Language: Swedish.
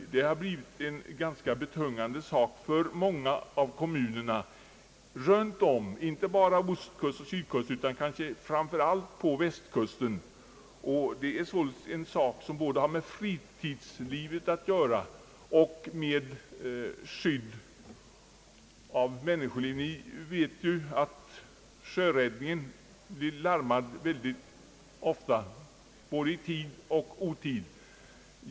Det har ekonomiskt blivit ganska betungande för många kommuner, inte bara vid ostkusten och sydkusten utan kanske framför allt på västkusten. Det är en sak som både har med fritidslivet och med skydd av människoliv att göra. Vi vet ju att Sjöräddningen blir larmad väldigt ofta både i tid och otid.